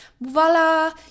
Voila